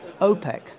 OPEC